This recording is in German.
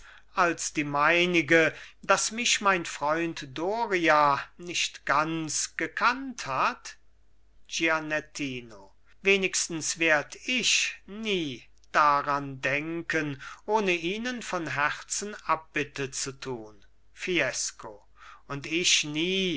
als die meinige daß mich mein freund doria nicht ganz gekannt hat gianettino wenigstens werd ich nie daran denken ohne ihnen von herzen abbitte zu tun fiesco und ich nie